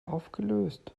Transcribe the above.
aufgelöst